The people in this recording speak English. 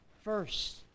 first